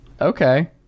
Okay